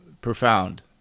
profound